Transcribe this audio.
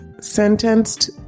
sentenced